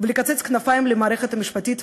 ולקצץ את כנפי המערכת המשפטית,